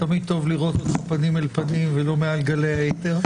טוב לראות אותך פנים אל פנים ולא מעל גלי האתר.